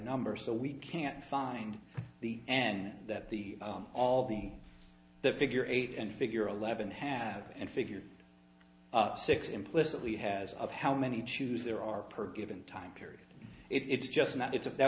number so we can't find the and that the all the the figure eight and figure eleven have and figure six implicitly has of how many choose there are per given time period it's just not